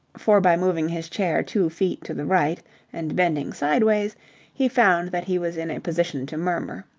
for by moving his chair two feet to the right and bending sideways he found that he was in a position to murmur,